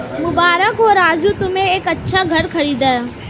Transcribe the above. मुबारक हो राजू तुमने एक अच्छा घर खरीदा है